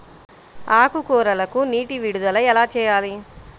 ఆకుకూరలకు నీటి విడుదల ఎలా చేయాలి?